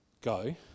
Go